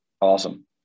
Awesome